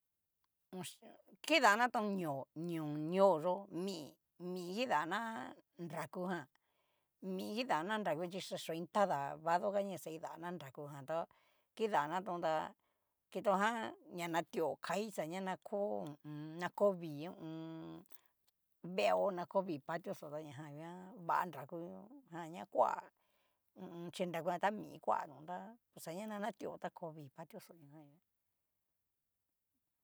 Ochi kidanatón ñó ñón ño yo'o, mí mí kidana nraku jan, mí kidana nraku chi ni xa cho iin tada vadó ka na ni xa kidana nraku jan tó, kidanatón ta kitoján ña natio kai xa ña na kó na ko vii hu u un. vo na ko vii patio xó ta najan nguan va naraku jan na koa hu u un. chí nraku jan tá mi koatón tá pus xa ña na natio ta ko vii patio xó ñajan nguan.